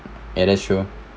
ya that's true